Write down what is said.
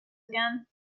again